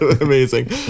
Amazing